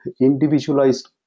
individualized